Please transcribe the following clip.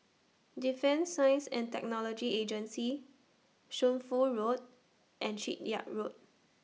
Defence Science and Technology Agency Shunfu Road and Shipyard Road